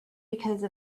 because